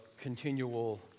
continual